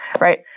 right